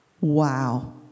Wow